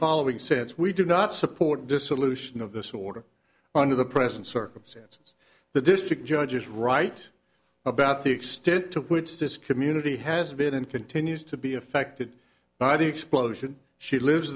following sense we do not support dissolution of the sort of under the present circumstance the district judge is right about the extent to which this community has been and continues to be affected by the explosion she lives